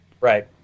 Right